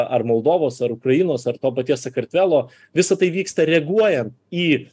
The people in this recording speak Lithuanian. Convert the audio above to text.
ar moldovos ar ukrainos ar to paties sakartvelo visa tai vyksta reaguojan į